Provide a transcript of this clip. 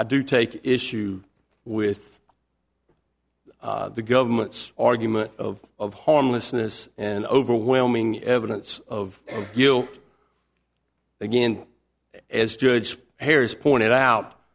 i do take issue with the government's argument of homelessness and overwhelming evidence of guilt again as judge harris pointed out